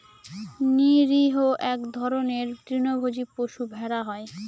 নিরীহ এক ধরনের তৃণভোজী পশু ভেড়া হয়